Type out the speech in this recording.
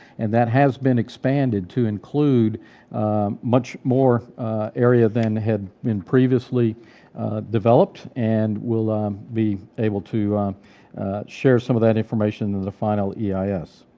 and that has been expanded to include much more area than had been previously developed, and we'll be able to share some of that information in the final eis.